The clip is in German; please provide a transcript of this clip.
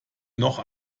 noch